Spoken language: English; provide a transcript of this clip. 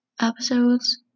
episodes